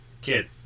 kid